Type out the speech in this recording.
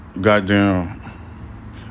Goddamn